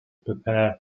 prepare